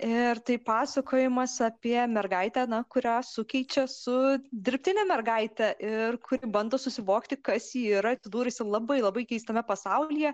ir tai pasakojimas apie mergaitę kurią sukeičia su dirbtine mergaite ir kuri bando susivokti kas ji yra atsidūrusi labai labai keistame pasaulyje